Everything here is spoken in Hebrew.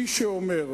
מי שאומר,